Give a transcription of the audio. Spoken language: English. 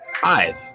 five